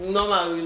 Normal